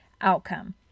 outcome